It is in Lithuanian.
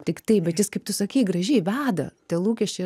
tiktai bet jis kaip tu sakei gražiai veda tie lūkesčiai